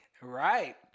Right